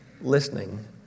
listening